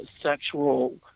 sexual